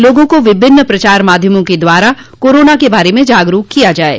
लोगों को विभिन्न प्रचार माध्यमों के द्वारा कोरोना के बारे में जागरूक किया जाये